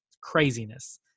craziness